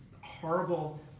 horrible